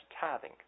tithing